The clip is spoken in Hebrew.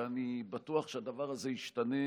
ואני בטוח שהדבר הזה ישתנה,